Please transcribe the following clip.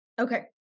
Okay